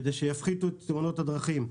כדי שיפחיתו את תאונות הדרכים.